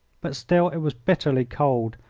but still it was bitterly cold,